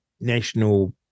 national